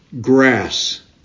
Grass